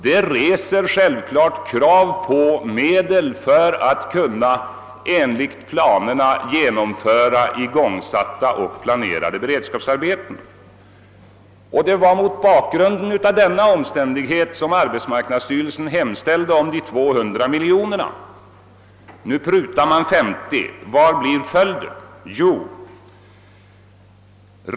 Detta reser självfallet krav på medel för att man skall kunna genomföra igångsatta och planerade beredskapsarbeten enligt planerna. Det var mot bakgrunden av denna omständighet som arbetsmarknadsstyrelsen hemställde om dessa 200 miljoner kronor. Nu prutar man detta belopp med 50 miljoner kronor. Vad blir följden?